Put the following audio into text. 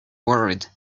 worried